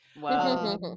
Wow